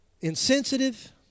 insensitive